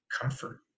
comfort